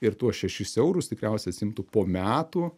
ir tuos šešis eurus tikriausiai atsiimtų po metų